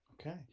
okay